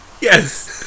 Yes